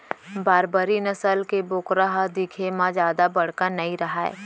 बारबरी नसल के बोकरा ह दिखे म जादा बड़का नइ रहय